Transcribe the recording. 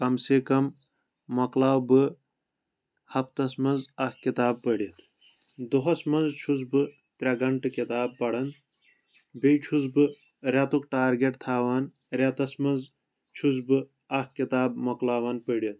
کم سے کم مۄکلاو بہٕ ہفتس منٛز اکھ کتاب پٔڑتھ دوہس منٛز چھُس بہٕ ترٛے گنٹہٕ کتاب پران بییہِ چھُس بہٕ ریتُک ٹارگیٹ تھاوان ریتس منٛز چھُس بہٕ اکھ کتاب مۄکلاوان پرتھ